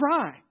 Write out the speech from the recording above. try